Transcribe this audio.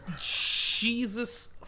Jesus